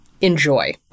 Enjoy